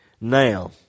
Now